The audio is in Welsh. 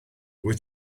wyt